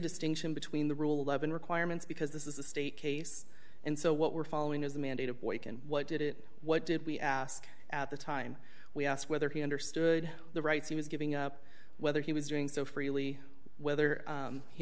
distinction between the rule eleven requirements because this is a state case and so what we're following is the mandate of boy what did it what did we ask at the time we asked whether he understood the rights he was giving up whether he was doing so freely whether